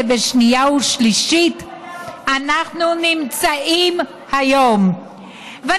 בשנייה ושלישית אנחנו נמצאים כאן היום.